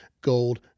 Gold